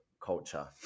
culture